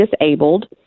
disabled